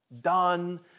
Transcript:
done